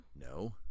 No